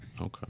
okay